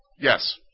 Yes